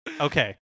Okay